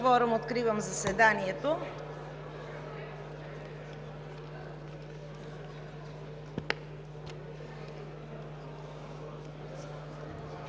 Закривам заседанието.